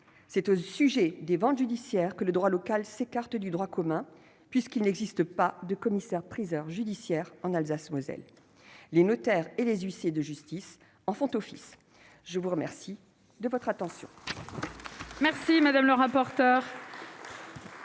C'est au sujet des ventes judiciaires que le droit local s'écarte du droit commun, puisqu'il n'existe pas de commissaires-priseurs judiciaires en Alsace-Moselle. Les notaires et les huissiers de justice en font office. La parole est à M.